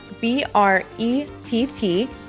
B-R-E-T-T